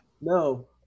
No